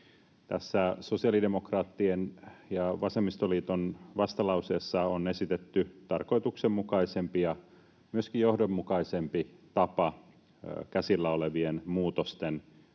Tässä sosiaalidemokraattien ja vasemmistoliiton vastalauseessa on esitetty tarkoituksenmukaisempi ja myöskin johdonmukaisempi tapa käsillä olevien muutosten